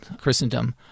Christendom